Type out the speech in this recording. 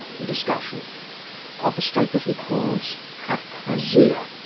discussion of a state that he calls acrasia,